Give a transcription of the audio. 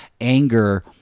anger